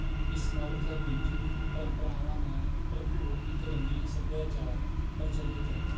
ਇਸ ਮਾਰੂਥਲ ਵਿੱਚ ਪਰੰਪਰਾਵਾਂ ਨਾਲ ਭਰਪੂਰ ਇੱਕ ਰੰਗੀਨ ਸੱਭਿਆਚਾਰ ਪ੍ਰਚੱਲਿਤ ਹੈ